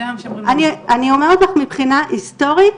אומרת מבחינה היסטורית